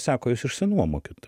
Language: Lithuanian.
sako jūs išsinuomokit